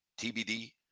TBD